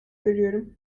görüyorum